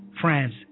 France